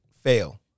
fail